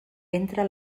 entra